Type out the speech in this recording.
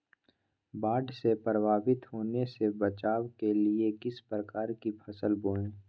बाढ़ से प्रभावित होने से बचाव के लिए किस प्रकार की फसल बोए?